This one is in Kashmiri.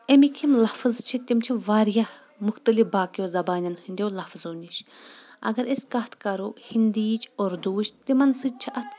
امیِکۍ یِم لفظ چھِ تِم چھِ واریاہ مختٔلِف باقٕیو زبانن ہنٛدٮ۪و لفظو نِش اگر أسۍ کتھ کرو ہنٛدِیٕچ اردو وٕچ تِمن سۭتۍ چھِ اتھ